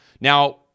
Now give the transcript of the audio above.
Now